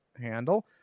handle